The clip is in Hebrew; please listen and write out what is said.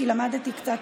כי למדתי קצת,